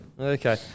Okay